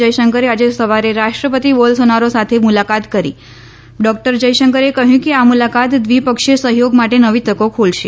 જયશંકરે આજે સવારે રાષ્ટ્રપતિ બોલસોનારો સાથે મુલાકાત કરી ડોક્ટર જયશંકરે કહ્યું કે આ મુલાકાત દ્વિપક્ષીય સહયોગ માટે નવી તકો ખોલશે